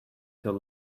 till